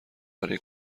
برای